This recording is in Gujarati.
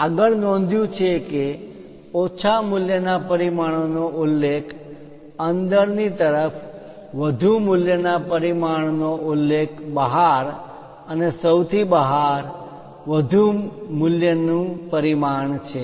આગળ નોંધ્યું છે કે ઓછા મૂલ્ય ના પરિમાણ નો ઉલ્લેખ અંદરની તરફ વધુ મૂલ્ય ના પરિમાણ નો ઉલ્લેખ બહાર અને સૌથી બહાર સૌથી વધુ મૂલ્ય નુ પરિમાણ છે